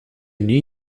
new